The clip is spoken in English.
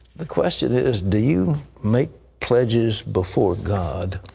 the question is do you make pledges before god?